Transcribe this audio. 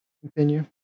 continue